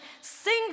sing